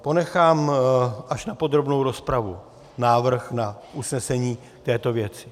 Ponechám až na podrobnou rozpravu návrh na usnesení v této věci.